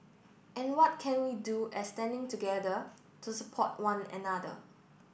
and what can we do as standing together to support one another